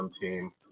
team